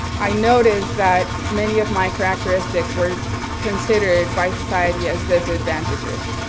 i noticed that many of my characteristics were considered by society as disadvantages,